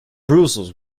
brussels